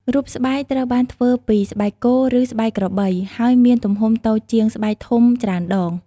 រូបស្បែកត្រូវបានធ្វើពីស្បែកគោ ឬស្បែកក្របី ហើយមានទំហំតូចជាងស្បែកធំច្រើនដង។